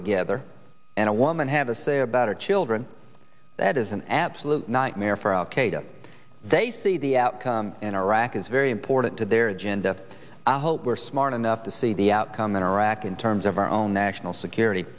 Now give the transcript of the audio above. together and a woman have a say about our children that is an absolute nightmare for al qaeda they see the outcome in iraq is very important to their agenda i hope we're smart enough to see the outcome in iraq in terms of our own national security